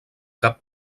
cap